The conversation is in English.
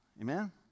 Amen